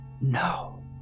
No